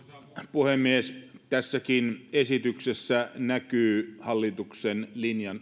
puhemies tässäkin esityksessä näkyy hallituksen linjan